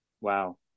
Wow